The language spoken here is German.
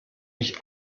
mich